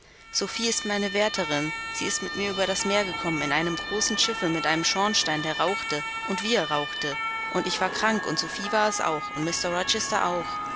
sophie ist meine wärterin sie ist mit mir über das meer gekommen in einem großen schiffe mit einem schornstein der rauchte und wie er rauchte und ich war krank und sophie war es auch und mr rochester auch